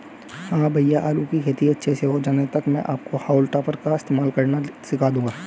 हां भैया आलू की खेती अच्छे से हो जाने तक मैं आपको हाउल टॉपर का इस्तेमाल करना सिखा दूंगा